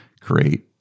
create